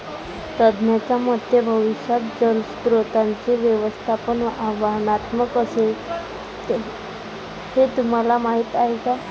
तज्ज्ञांच्या मते भविष्यात जलस्रोतांचे व्यवस्थापन आव्हानात्मक असेल, हे तुम्हाला माहीत आहे का?